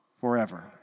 Forever